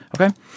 okay